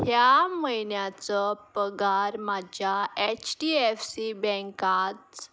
ह्या म्हयन्याचो पगार म्हाज्या एच डी एफ सी बँकाच